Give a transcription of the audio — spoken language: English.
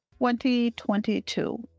2022